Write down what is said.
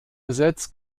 gesetz